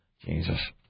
Jesus